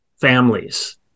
families